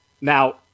now